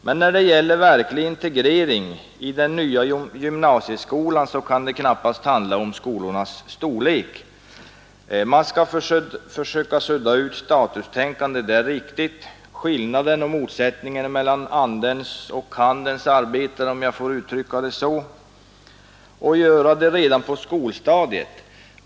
Men när det gäller verklig integrering i den nya gymnasieskolan, kan det knappast handla om skolornas storlek. Det är riktigt att man skall försöka sudda ut statustänkande, skillnaden och motsättningen mellan andens och handens arbetare, om jag får uttrycka det så, och göra det redan på skolstadiet.